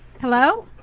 hello